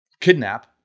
kidnap